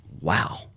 wow